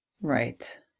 Right